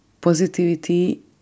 positivity